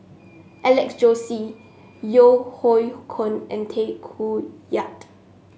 Alex Josey Yeo Hoe Koon and Tay Koh Yat